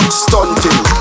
stunting